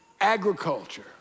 agriculture